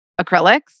acrylics